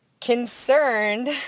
concerned